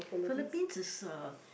Philippines is a